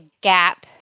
gap